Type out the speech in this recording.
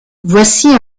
voici